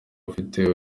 ufite